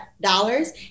dollars